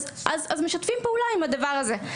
אז הם משתפים פעולה עם הדבר הזה.